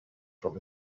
from